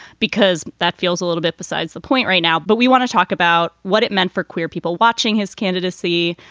because that feels a little bit beside the point right now. but we want to talk about what it meant for queer people watching his candidacy,